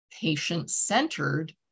patient-centered